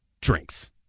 drinks